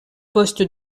poste